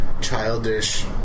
childish